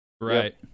Right